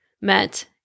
met